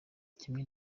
kimwe